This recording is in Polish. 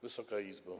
Wysoka Izbo!